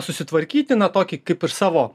susitvarkyti na tokį kaip ir savo